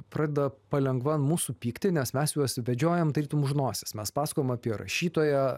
pradeda palengva ant mūsų pykti nes mes juos vedžiojam tarytum už nosies mes pasakojam apie rašytoją